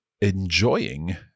enjoying